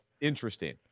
interesting